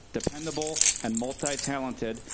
dependable, and multi-talented,